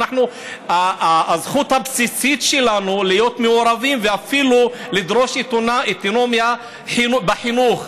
הזכות הבסיסית שלנו להיות מעורבים ואפילו לדרוש אוטונומיה בחינוך,